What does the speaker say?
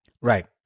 Right